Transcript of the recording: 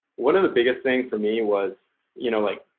one of the biggest things for me was you know like,